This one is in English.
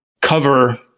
cover